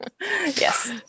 Yes